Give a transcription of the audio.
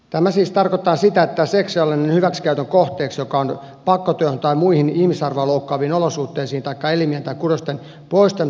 tämä siis tarkoittaa sitä että joka luovuttaa tai johdattaa toisen seksuaalisen hyväksikäytön kohteeksi pakkotyöhön tai muihin ihmisarvoa loukkaaviin olosuhteisiin taikka elimien tai kudosten poiston